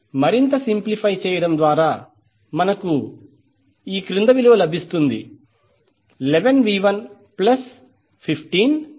మరింత సింప్లిఫై చేయడం ద్వారా మనకు ఈ విలువ లభిస్తుంది